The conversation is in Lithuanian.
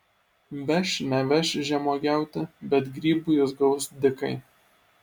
veš neveš žemuogiauti bet grybų jis gaus dykai